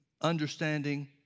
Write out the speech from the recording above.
understanding